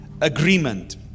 agreement